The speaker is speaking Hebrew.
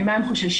ממה הם חוששים,